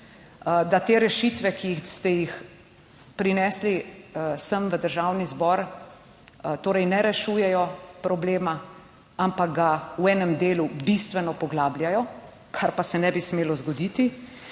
da te rešitve, ki ste jih prinesli sem v Državni zbor, torej ne rešujejo problema, ampak ga v enem delu bistveno poglabljajo. Kar pa se ne bi smelo zgoditi,